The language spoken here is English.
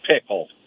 Pickle